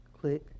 click